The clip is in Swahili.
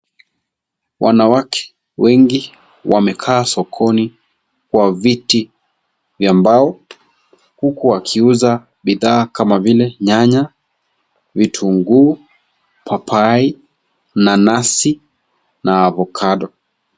Wanawake wengi wamekaa sokoni kwa viti vya mbao huku wakiuza bidhaa kama vile; nyanya, vitunguu, papai, nanasi, na (cs)avocado.(Cs)